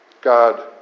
God